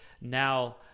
now